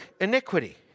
iniquity